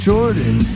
Jordan